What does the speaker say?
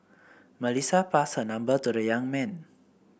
Melissa passed her number to the young man